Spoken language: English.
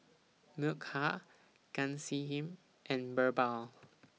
Milkha Ghanshyam and Birbal